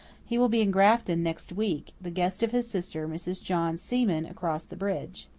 he will be in grafton next week, the guest of his sister, mrs. john seaman, across the bridge.